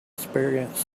experience